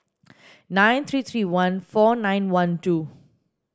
nine three three one four nine one two